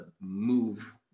move